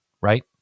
Right